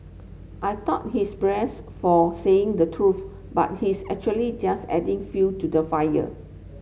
I thought he's for saying the truth but he's actually just adding fuel to the fire